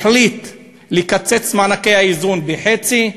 הוא החליט לקצץ את מענקי האיזון בחצי,